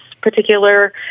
particular